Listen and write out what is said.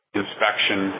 inspection